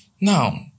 Now